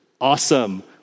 Awesome